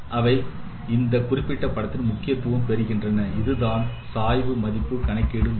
அவை இந்த குறிப்பிட்ட படத்தில் முக்கியத்துவம் பெறுகின்றன இதுதான் சாய்வு மதிப்பு கணக்கிடும் முறை